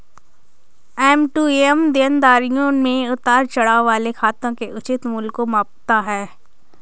M to M देनदारियों में उतार चढ़ाव वाले खातों के उचित मूल्य को मापता है